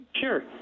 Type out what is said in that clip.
Sure